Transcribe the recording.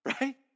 right